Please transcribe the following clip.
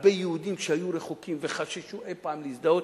הרבה יהודים שהיו רחוקים, וחששו אי-פעם להזדהות,